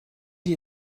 die